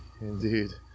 indeed